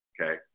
Okay